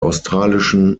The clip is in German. australischen